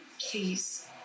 please